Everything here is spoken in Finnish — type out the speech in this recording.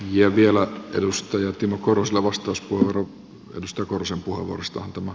ja vielä edustaja timo korhoselle vastauspuheenvuoro